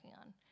on